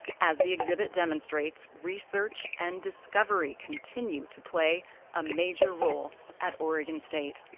as the exhibit demonstrates, research and discovery continue to play a major role at oregon state.